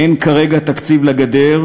אין כרגע תקציב לגדר,